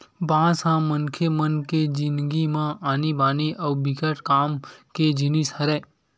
बांस ह मनखे मन के जिनगी म आनी बानी अउ बिकट काम के जिनिस हरय